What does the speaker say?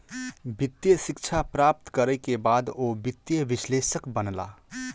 वित्तीय शिक्षा प्राप्त करै के बाद ओ वित्तीय विश्लेषक बनला